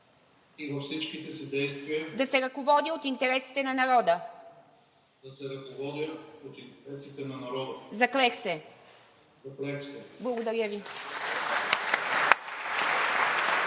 и във всичките си действия да се ръководя от интересите на народа. Заклех се!“